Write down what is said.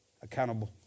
Accountable